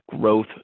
growth